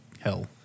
hell